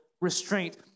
restraint